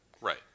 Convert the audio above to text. Right